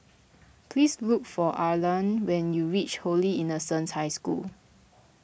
please look for Arlan when you reach Holy Innocents' High School